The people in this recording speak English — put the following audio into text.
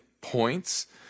points